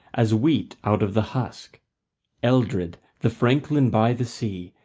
as wheat out of the husk eldred, the franklin by the sea,